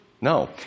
No